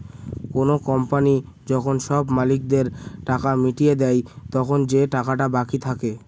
কোনো কোম্পানি যখন সব মালিকদের টাকা মিটিয়ে দেয়, তখন যে টাকাটা বাকি থাকে